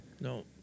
no